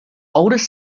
oldest